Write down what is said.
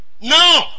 No